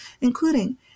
including